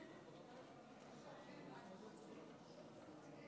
הצעת